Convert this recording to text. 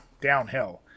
downhill